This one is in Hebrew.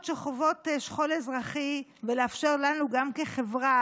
שחוות שכול אזרחי ולאפשר לנו גם כחברה,